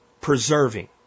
preserving